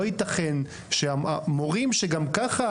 לא יתכן שהמורים שגם ככה,